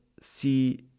see